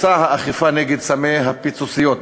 מבצע האכיפה נגד סמי הפיצוציות,